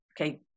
Okay